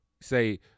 Say